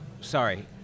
Sorry